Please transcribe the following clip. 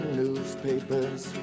newspapers